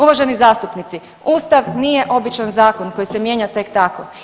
Uvaženi zastupnici Ustav nije običan zakon koji se mijenja tek tako.